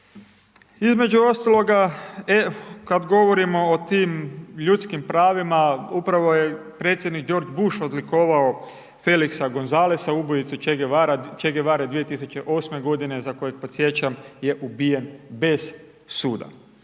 Između ostaloga, kada govorimo o tim ljudskim pravima, upravo je predsjednik George Bush odlikovao Felixa Gonzalesa, ubojicu Che Guevare 2008. godine za kojeg podsjećam je ubijen bez suda.